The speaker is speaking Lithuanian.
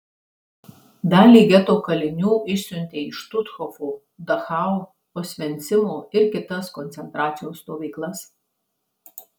dalį geto kalinių išsiuntė į štuthofo dachau osvencimo ir kitas koncentracijos stovyklas